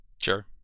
Sure